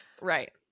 Right